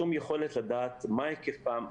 שום יכולת לדעת מה היקפם,